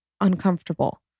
uncomfortable